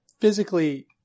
Physically